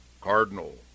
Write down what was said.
cardinal